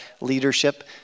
leadership